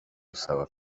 busaba